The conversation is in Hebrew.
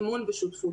אמון ושותפות.